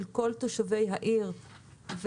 של כל תושבי העיר,